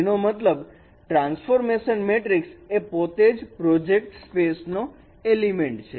જેનો મતલબ transformation matrix એ પોતે જ એક પ્રોજેક્ટ સ્પેસ નો એલિમેન્ટ છે